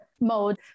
mode